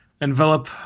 envelop